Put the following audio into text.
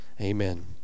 amen